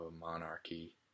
monarchy